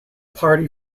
party